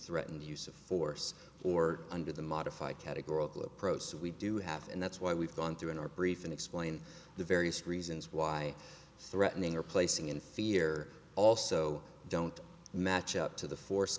threaten the use of force or under the modified categorical approach that we do have and that's why we've gone through in our brief and explained the various reasons why threatening or placing in fear also don't match up to the force